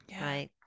right